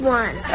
one